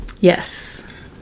yes